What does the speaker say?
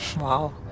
Wow